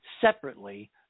separately